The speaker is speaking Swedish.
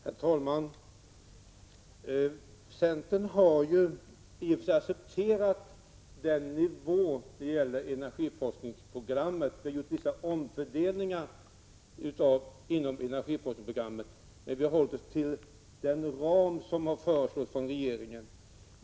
Herr talman! Centern har i och för sig accepterat den ram för energiforskningsprogrammet som regeringen har föreslagit, men vi har gjort vissa omfördelningar.